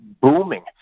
booming